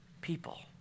people